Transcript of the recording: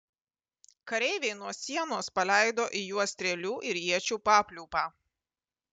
kareiviai nuo sienos paleido į juos strėlių ir iečių papliūpą